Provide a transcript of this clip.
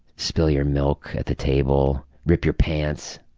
spill your milk at the table, rip your pants,